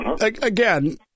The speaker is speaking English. Again